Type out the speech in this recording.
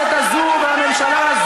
הזה הממשלה,